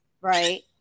right